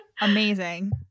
amazing